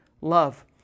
love